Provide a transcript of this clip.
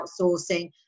outsourcing